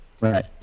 Right